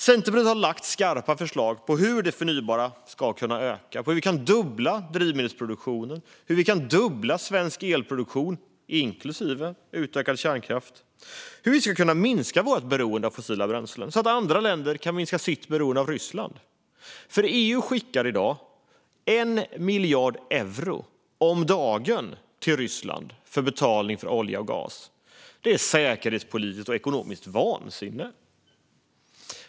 Centerpartiet har lagt fram skarpa förslag på hur det förnybara ska kunna öka och hur vi kan dubbla drivmedelsproduktionen, hur vi kan dubbla svensk elproduktion inklusive utökad kärnkraft och hur vi ska kunna minska vårt beroende av fossila bränslen så att andra länder kan minska sitt beroende av Ryssland. EU skickar i dag 1 miljard euro om dagen till Ryssland i betalning för olja och gas. Det är säkerhetspolitiskt och ekonomiskt vansinne!